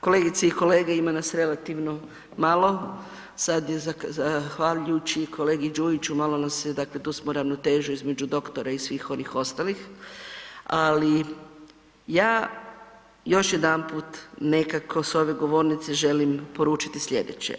Kolegice i kolege, ima nas relativno malo, sada je zahvaljujući kolegi Đujiću malo nas je tu smo ravnotežu između doktora i svih onih ostalih, ali ja još jedanput nekako s ove govornice želim poručit slijedeće.